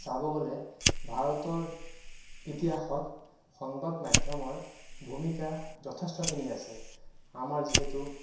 চাব গ'লে ভাৰতৰ ইতিহাসত সংবাদ মাধ্যমৰ ভূমিকা যথেষ্টখিনি আছে আমাৰ যিহেতু